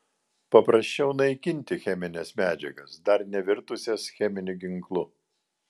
paprasčiau naikinti chemines medžiagas dar nevirtusias cheminiu ginklu